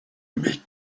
make